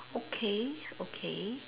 okay okay